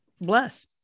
Bless